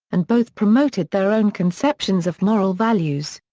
and both promoted their own conceptions of moral values.